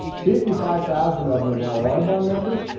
fifty five thousand of them are now audubon members,